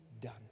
done